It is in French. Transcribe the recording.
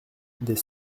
des